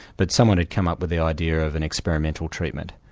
but someone had come up with the idea of an experimental treatment,